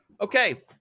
Okay